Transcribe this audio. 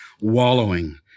wallowing